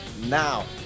Now